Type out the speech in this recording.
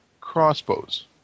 crossbows